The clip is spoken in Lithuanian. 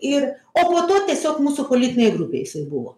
ir o po to tiesiog mūsų politinėj grupėj jisai buvo